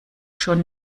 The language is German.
schon